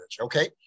okay